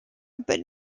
but